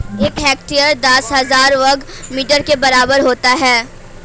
एक हेक्टेयर दस हजार वर्ग मीटर के बराबर होता है